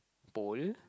pole